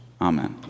Amen